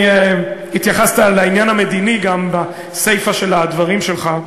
התייחסת לעניין המדיני גם בסיפה של הדברים שלך.